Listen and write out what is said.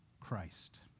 Christ